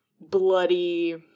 bloody